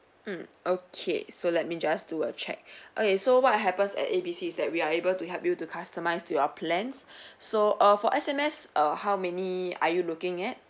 mm okay so let me just do a check okay so what happens at A B C is that we are able to help you to customise to your plans so err for S_M_S err how many are you looking at